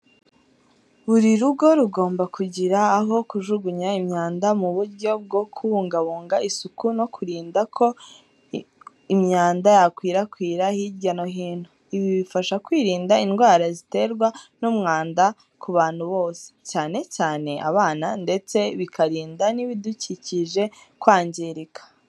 Buri rugo rugomba kugira aho kujugunya imyanda mu buryo bwo kubungabunga isuku no kurinda ko imyanda yakwirakwira hirya no hino. Ibi bifasha kwirinda indwara ziterwa n'umwanda ku bantu bose, cyane cyane abana ndetse bikarinda n'ibidukikije kwangirika.